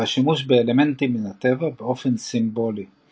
והשימוש באלמנטים מן הטבע באופן סימבולי –